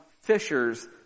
fishers